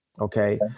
Okay